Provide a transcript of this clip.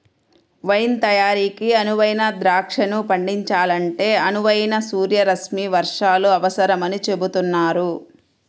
wine తయారీకి అనువైన ద్రాక్షను పండించాలంటే అనువైన సూర్యరశ్మి వర్షాలు అవసరమని చెబుతున్నారు